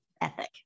ethic